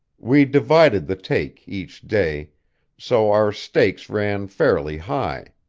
we divided the take, each day so our stakes ran fairly high.